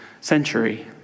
century